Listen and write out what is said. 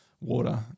water